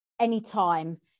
anytime